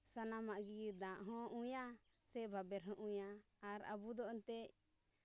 ᱥᱟᱱᱟᱢᱟᱜ ᱜᱮ ᱫᱟᱜ ᱦᱚᱸ ᱩᱭᱟ ᱥᱮ ᱵᱟᱵᱮᱨ ᱦᱚᱸ ᱩᱭᱟ ᱟᱨ ᱟᱵᱚ ᱫᱚ ᱮᱱᱛᱮᱫ